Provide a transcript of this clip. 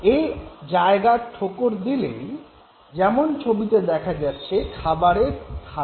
এই জায়গার ঠোকর দিলেই যেমন ছবিতে দেখা যাচ্ছে খাবারের থালা বেড়িয়ে আসত